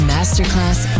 Masterclass